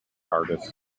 artists